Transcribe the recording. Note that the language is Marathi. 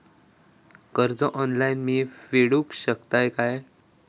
कर्ज ऑनलाइन मी फेडूक शकतय काय?